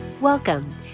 Welcome